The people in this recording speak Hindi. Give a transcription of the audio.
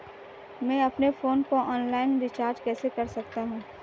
मैं अपने फोन को ऑनलाइन रीचार्ज कैसे कर सकता हूं?